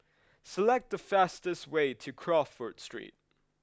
select the fastest way to Crawford street